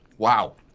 wow.